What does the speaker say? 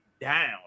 down